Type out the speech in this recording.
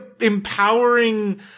empowering